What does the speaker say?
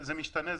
משתנה.